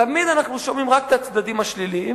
תמיד אנחנו שומעים רק את הצדדים השליליים.